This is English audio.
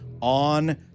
on